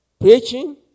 preaching